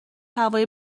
هوای